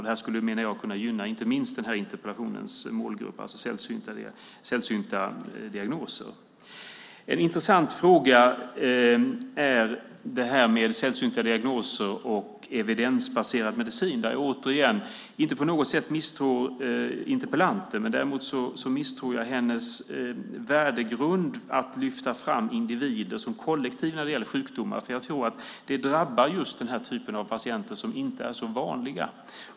Det här menar jag skulle kunna gynna inte minst den här interpellationens målgrupp, alltså sällsynta diagnoser. En intressant fråga handlar om sällsynta diagnoser och evidensbaserad medicin. Där vill jag återigen säga att jag inte på något sätt misstror interpellanten. Däremot misstror jag hennes värdegrund, att lyfta fram individer som kollektiv när det gäller sjukdomar. Jag tror att det drabbar just den här typen av patienter som inte är så vanliga.